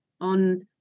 on